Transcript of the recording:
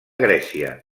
grècia